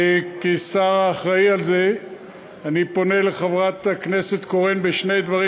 כשר האחראי על זה אני פונה לחברת הכנסת קורן בשני דברים: